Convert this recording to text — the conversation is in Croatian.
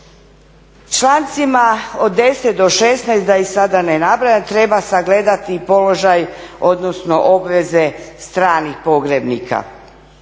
Člancima od 10.do 16.da ih sada ne nabrajam, treba sagledati položaj odnosno obveze stranih pogrebnika.